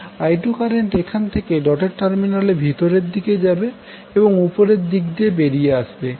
I2 current এখান থেকে ডটের টার্মিনালের ভিতরের দিকে যাবে এবং উপরের দিক দিয়ে বেরিয়ে আসবে